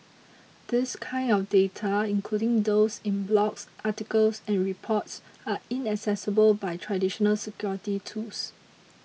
this kind of data including those in blogs articles and reports are inaccessible by traditional security tools